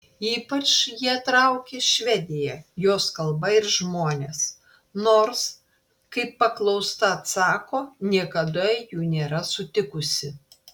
ypač ją traukia švedija jos kalba ir žmonės nors kaip paklausta atsako niekada jų nėra sutikusi